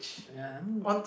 ya